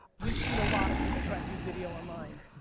we've seen a lot of people try and do video online,